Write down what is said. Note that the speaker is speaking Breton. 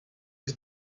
eus